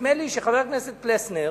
נדמה לי שחבר הכנסת פלסנר